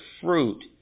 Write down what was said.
fruit